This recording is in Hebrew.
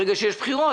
ברגע שיש בחירות,